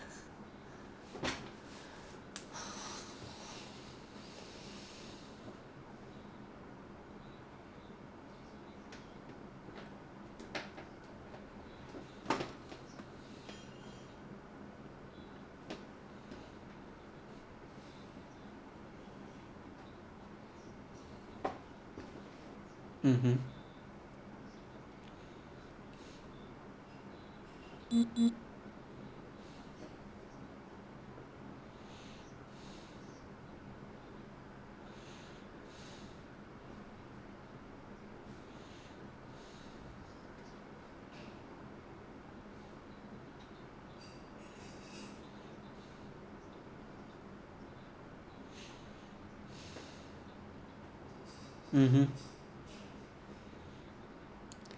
(uh huh) (uh huh)